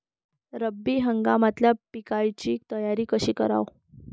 रब्बी हंगामातल्या पिकाइची तयारी कशी कराव?